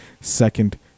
second